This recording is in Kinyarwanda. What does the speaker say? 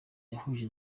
yahuje